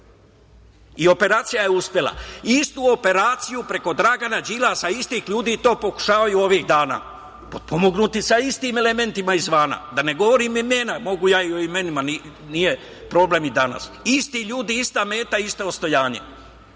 I operacija je uspela. Istu operaciju preko Dragana Đilasa, isti ljudi to pokušavaju ovih dana, potpomognuti sa istim elementima izvana, da ne govorim imena, mogu ja i o imenima nije problem danas. Isti ljudi, ista meta, isto ostojanje.